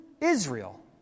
Israel